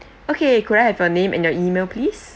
okay could I have your name and your email please